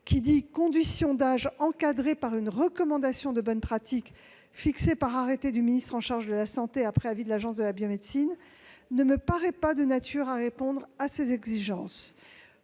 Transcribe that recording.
« des conditions d'âge encadrées par une recommandation de bonnes pratiques fixée par arrêté du ministre en charge de la santé après avis de l'Agence de la biomédecine » -ne me paraît pas de nature à répondre à ces exigences.